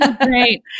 great